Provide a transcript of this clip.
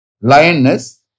lioness